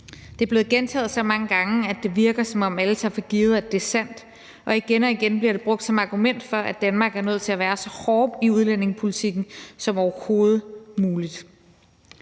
Det er blevet gentaget så mange gange, at det virker, som om alle tager for givet, at det er sandt, og igen og igen bliver det brugt som argument for, at vi i Danmark er nødt til at være så hårde i udlændingepolitikken som overhovedet muligt.